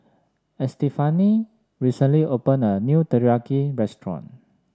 Estefany recently opened a new Teriyaki restaurant